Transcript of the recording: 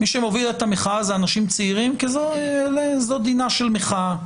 מי שמוביל את המחאה זה אנשים צעירים כי זאת דינה של מחאה.